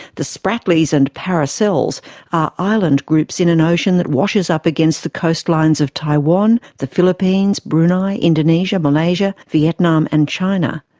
the spratlys and paracels are island groups in an ocean that washes up against the coastlines of taiwan, the philippines, brunei, indonesia, malaysia, vietnam and china.